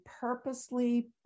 purposely